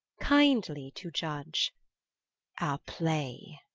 kindly to iudge our play.